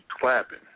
clapping